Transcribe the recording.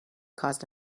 caused